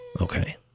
Okay